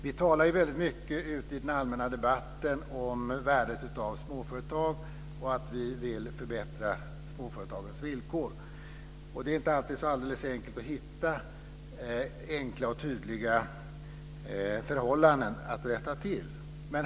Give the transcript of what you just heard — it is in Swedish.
Vi talar ju väldigt mycket i den allmänna debatten om värdet av småföretag och säger att vi vill förbättra småföretagens villkor. Det är inte alltid så alldeles lätt att hitta enkla och tydliga förhållanden att rätta till.